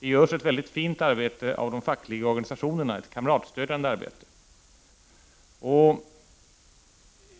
Det görs ett mycket fint arbete av de fackliga organisationerna, ett kamratstödjande arbete.